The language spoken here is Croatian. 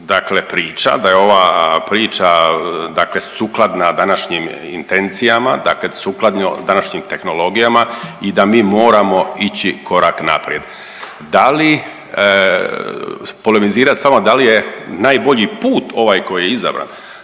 dakle priča, da je ova priča dakle sukladna današnjim intencijama, dakle sukladno današnjim tehnologijama i da mi moramo ići korak naprijed. Da li polemizirat s vama da li je najbolji put ovaj koji je izabran?